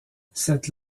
cette